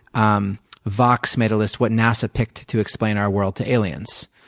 um voxx made a list what nasa picked to explain our world to aliens.